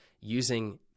using